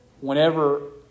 whenever